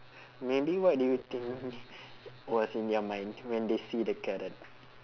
maybe what do you think was in their mind when they see the carrot